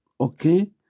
Okay